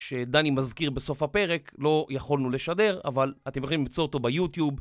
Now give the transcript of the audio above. שדני מזכיר בסוף הפרק, לא יכולנו לשדר, אבל אתם יכולים למצוא אותו ביוטיוב.